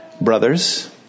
Brothers